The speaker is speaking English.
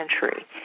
century